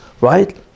right